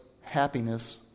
happiness